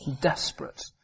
Desperate